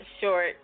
Short